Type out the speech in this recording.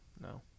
no